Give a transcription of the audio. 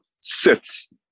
sits